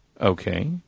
Okay